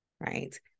right